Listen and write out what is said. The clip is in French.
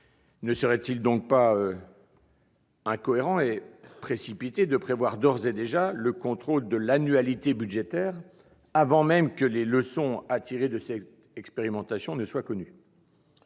Ne serait-il donc pas incohérent et précipité de prévoir d'ores et déjà le contrôle de l'annualité budgétaire, avant même que les leçons à tirer de cette expérimentation soient connues ?